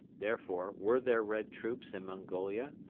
therefore, were there red troops in mongolia?